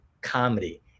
comedy